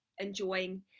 enjoying